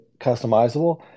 customizable